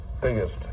biggest